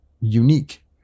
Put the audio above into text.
unique